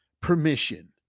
permission